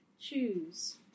choose